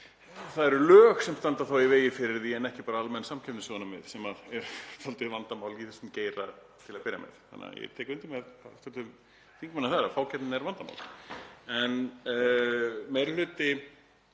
það eru lög sem standa í vegi fyrir því en ekki bara almenn samkeppnissjónarmið, sem er svolítið vandamál í þessum geira til að byrja með. Þannig að ég tek undir með hv. þingmanni; fákeppni er vandamál Meiri hluti